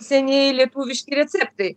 senieji lietuviški receptai